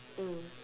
mm